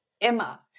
Emma